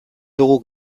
dugu